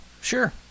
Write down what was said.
sure